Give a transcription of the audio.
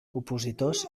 opositors